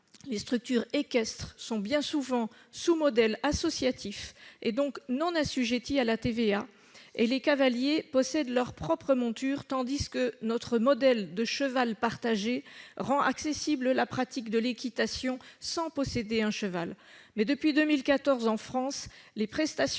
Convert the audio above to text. les structures équestres sont bien souvent sous modèle associatif, donc non assujetties à la TVA, et les cavaliers possèdent leur propre monture, tandis que notre modèle de cheval partagé rend accessible la pratique de l'équitation sans posséder un cheval. Cependant, depuis 2014, en France, les prestations